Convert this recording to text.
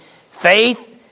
Faith